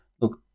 look